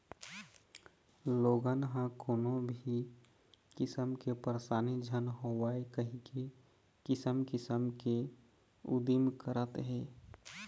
लोगन ह कोनो भी किसम के परसानी झन होवय कहिके किसम किसम के उदिम करत हे